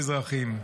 האזרחים.